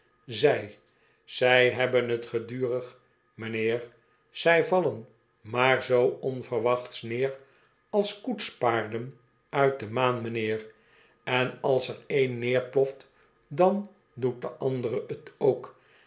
zei zij hebben t gedurig m'nheer zij vallen maar zoo onverwachts neer als koetspaarden uit de maan m'nheer en als er één neerploft dan doet de andere t ook